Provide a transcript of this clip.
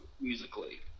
musically